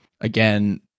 again